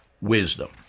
wisdom